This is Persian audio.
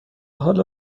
حالا